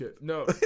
No